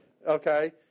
Okay